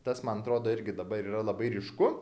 tas man atrodo irgi dabar yra labai ryšku